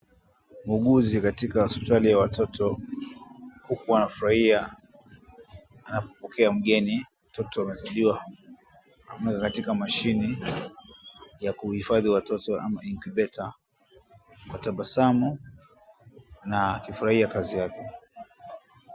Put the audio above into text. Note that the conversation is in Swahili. Muuguzi katika hospitali ya watoto, huku anafurahia. Anampokea mgeni. Mtoto amezaliwa amelala katika mashine ya kuhifandi watoto ama incubator . Anatabasamu na akifurahia kazi yake.